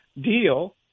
deal